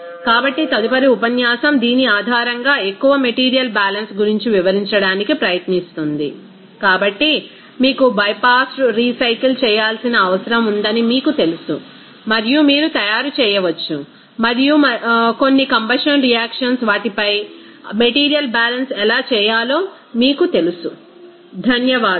కాబట్టి తదుపరి ఉపన్యాసం దీని ఆధారంగా ఎక్కువ మెటీరియల్ బ్యాలెన్స్ గురించి వివరించడానికి ప్రయత్నిస్తుంది మీకు బైపాస్డ్ రీసైకిల్ చేయాల్సిన అవసరం ఉందని మీకు తెలుసు మరియు మీరు తయారు చేయవచ్చు మరియు కొన్నికంబషన్ రియాక్షన్స్ వాటిపై మెటీరీయల్ బ్యాలెన్స్ ఎలా చేయాలో మీకు తెలుసు ధన్యవాదాలు